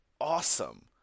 awesome